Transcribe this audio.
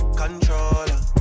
controller